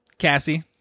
Cassie